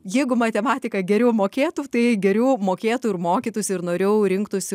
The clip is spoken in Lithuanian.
jeigu matematiką geriau mokėtų tai geriau mokėtų ir mokytųsi ir noriau rinktųsi